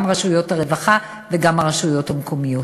גם רשויות הרווחה וגם הרשויות המקומיות.